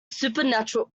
supernatural